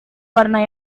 warna